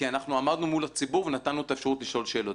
אנחנו מתקנים בחוק הזה כך שמי שיש לו חשבון מוגבל יוכל לקבל כרטיס דביט,